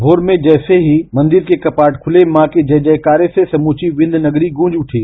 भोर में जैसे ही मंदिर के कपाट खुले मां के जय जयकारे से समूवी विध्य नगरी गूँज रठी